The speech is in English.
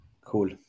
Cool